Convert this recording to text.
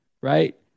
right